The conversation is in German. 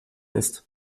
ist